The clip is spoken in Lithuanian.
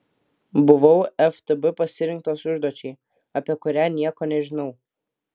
buvau ftb pasirinktas užduočiai apie kurią nieko nežinau